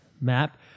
map